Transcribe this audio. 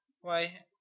Why